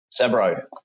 Sabro